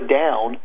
down